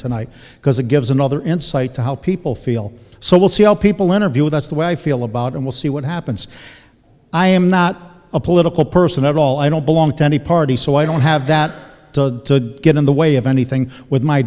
tonight because it gives another insight to how people feel so we'll see how people interview with us the way i feel about and we'll see what happens i am not a political person at all i don't belong to any party so i don't have that to get in the way of anything with my